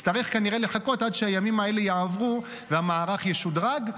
יצטרך לחכות עד שהימים האלה יעברו והמערך ישודרג.